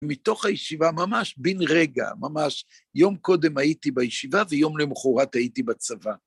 מתוך הישיבה, ממש בין רגע, ממש יום קודם הייתי בישיבה ויום למחורת הייתי בצבא.